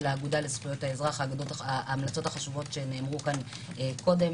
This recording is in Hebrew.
האגודה לזכויות האזרח שנאמרו כאן קודם,